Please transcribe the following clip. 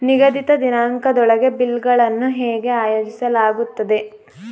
ನಿಗದಿತ ದಿನಾಂಕದೊಳಗೆ ಬಿಲ್ ಗಳನ್ನು ಹೇಗೆ ಆಯೋಜಿಸಲಾಗುತ್ತದೆ?